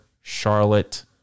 Charlotte